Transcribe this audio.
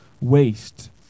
waste